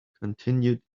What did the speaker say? continue